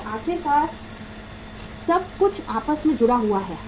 तो आखिरकार सब कुछ आपस में जुड़ा हुआ है